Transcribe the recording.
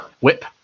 whip